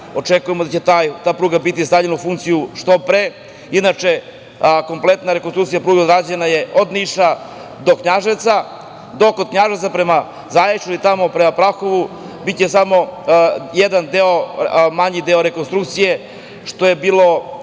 Očekujemo da će ta pruga biti stavljena u funkciju što pre. Inače, kompletna rekonstrukcija pruge je rađena od Niša do Knjaževca, dok od Knjaževca prema Zaječaru i tamo prema Prahovu će biti samo jedan deo, manji deo rekonstrukcije, a bila